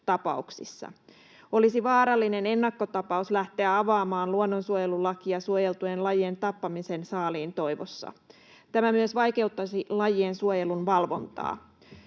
poikkeustapauksissa. Olisi vaarallinen ennakkotapaus lähteä avaamaan luonnonsuojelulakia suojeltujen lajien tappamiseen saaliin toivossa. Tämä myös vaikeuttaisi lajien suojelun valvontaa.